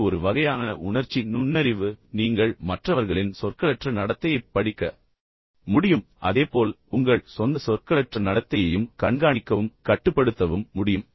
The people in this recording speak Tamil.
இது ஒரு வகையான உணர்ச்சி நுண்ணறிவு நீங்கள் மற்றவர்களின் சொற்களற்ற நடத்தையைப் படிக்க முடியும் அதே போல் உங்கள் சொந்த சொற்களற்ற நடத்தையையும் கண்காணிக்கவும் கட்டுப்படுத்தவும் முடியும்